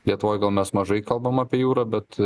lietuvoj gal mes mažai kalbam apie jūrą bet